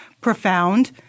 profound